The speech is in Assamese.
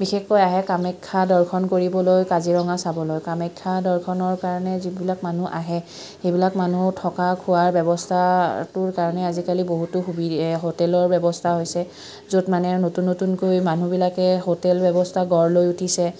বিশেষকৈ আহে কামাখ্যা দৰ্শন কৰিবলৈ কাজিৰঙা চাবলৈ কামাখ্যা দৰ্শনৰ কাৰণে যিবিলাক মানুহ আহে সেইবিলাক মানুহ থকা খোৱাৰ ব্যৱস্থাটোৰ কাৰণে আজিকালি বহুতো হোটেলৰ ব্যৱস্থা হৈছে য'ত মানে নতুন নতুনকৈ মানুহবিলাকে হোটেল ব্যৱস্থা গঢ় লৈ উঠিছে